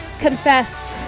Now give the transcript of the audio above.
Confess